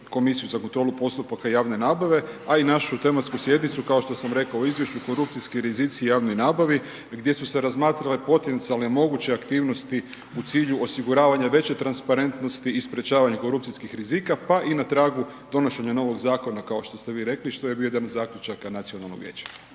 komisiju za kontrolu postupaka javne nabave, a i našu tematsku sjednicu, kao što sam rekao u izvješću, korupcijski rizici javnoj nabavi, gdje su se razmatrale potencijalne moguće aktivnosti u cilju osiguravanja veće transparentnosti i sprečavanju korupcijskih rizika, pa i na tragu donošenja novog zakona, kao što ste vi rekli, što je bio jedan od zaključaka nacionalnog vijeća.